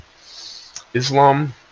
Islam